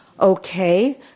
Okay